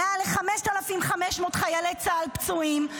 מעל 5,500 חיילי צה"ל פצועים,